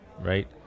right